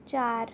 ਚਾਰ